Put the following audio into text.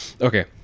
Okay